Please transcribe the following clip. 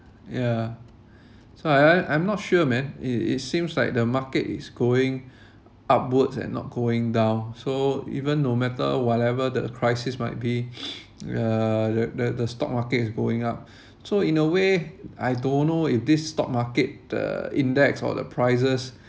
ya so I I I'm not sure man it it seems like the market is going upwards and not going down so even no matter whatever the crisis might be uh the the the stock market is going up so in a way I don't know if this stock market the index or the prices